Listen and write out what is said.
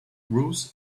ruth